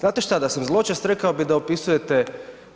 Znate šta, da sam zločest rekao bih da opisujete